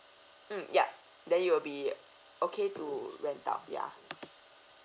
mm yup then you'll be okay to rent out yeah